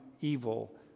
evil